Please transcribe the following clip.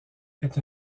est